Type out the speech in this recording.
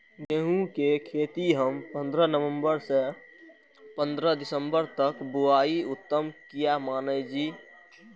गेहूं के खेती हम पंद्रह नवम्बर से पंद्रह दिसम्बर तक बुआई उत्तम किया माने जी?